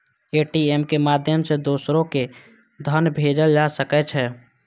ATM के माध्यम सं दोसरो कें धन भेजल जा सकै छै